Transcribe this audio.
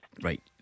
Right